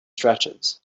stretches